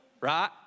right